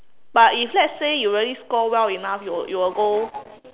but if let's say you really score well enough you will you will go